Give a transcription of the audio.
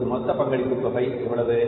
இப்போது மொத்த பங்களிப்பு தொகை எவ்வளவு